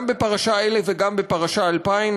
גם בפרשה 1000 וגם בפרשה 2000,